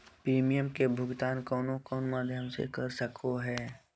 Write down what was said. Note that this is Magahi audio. प्रिमियम के भुक्तान कौन कौन माध्यम से कर सको है?